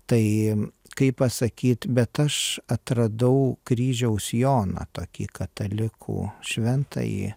tai kaip pasakyt bet aš atradau kryžiaus joną tokį katalikų šventąjį